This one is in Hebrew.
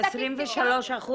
23%